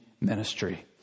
ministry